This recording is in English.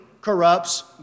corrupts